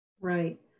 Right